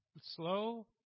slow